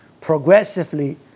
progressively